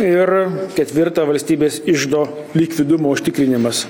ir ketvirta valstybės iždo likvidumo užtikrinimas